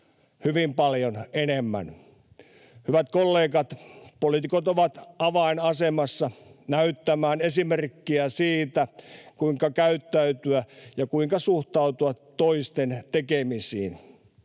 hyvin paljon enemmän. Hyvät kollegat, poliitikot ovat avainasemassa näyttämään esimerkkiä siitä, kuinka käyttäytyä ja kuinka suhtautua toisten tekemisiin.